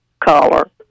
color